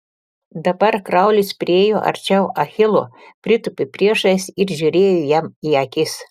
dabar kraulis priėjo arčiau achilo pritūpė priešais ir žiūrėjo jam į akis